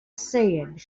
said